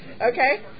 Okay